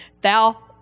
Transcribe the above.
Thou